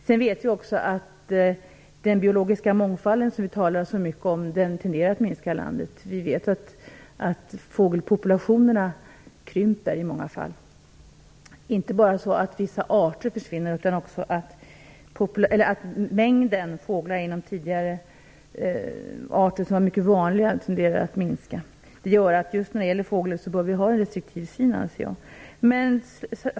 Sedan vet vi också att den biologiska mångfalden, som vi talar så mycket om, tenderar att minska i vårt land. Vi vet att fågelpopulationerna krymper i många fall, inte bara så att vissa arter försvinner utan också så att mängden fåglar inom vissa arter tenderar att minska. Det gör att vi bör vara restriktiva när det gäller fåglar, anser jag.